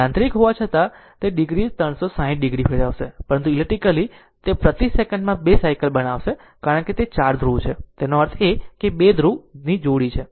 યાંત્રિક હોવા છતાં તે degree 360૦ ડિગ્રી ફેરવશે પરંતુ ઇલેક્ટ્રિકલી તે પ્રતિ સેકન્ડમાં 2 સાયકલ બનાવશે કારણ કે ચાર ધ્રુવ છે જેનો અર્થ 2 ધ્રુવ જોડી છે